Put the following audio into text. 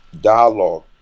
dialogue